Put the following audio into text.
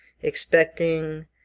expecting